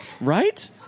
right